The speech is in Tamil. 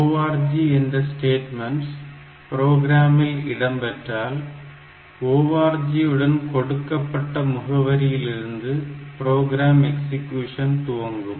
Org என்ற ஸ்டேட்மன்ட் புரோகிராமில் இடம்பெற்றால் org உடன் கொடுக்கப்பட்ட முகவரியிலிருந்து ப்ரோக்ராம் எக்ஸிக்யூஷன் துவங்கும்